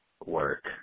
work